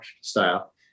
style